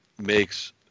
makes